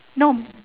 no